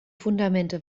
fundamente